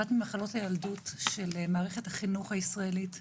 אחת ממחלות הילדות של מערכת החינוך הישראלית,